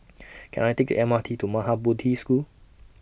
Can I Take M R T to Maha Bodhi School